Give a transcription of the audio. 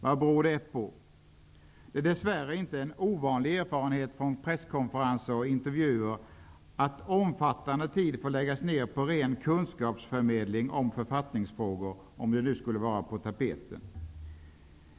Vad beror det på? Det är dess värre inte en ovanlig erfarenhet från presskonferenser och intervjuer att omfattande tid får läggas ned på ren kunskapsförmedling i författningsfrågor, om de nu skulle vara på tapeten.